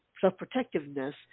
self-protectiveness